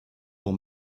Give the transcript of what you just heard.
pour